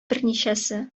берничәсе